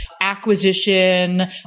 acquisition